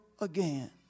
again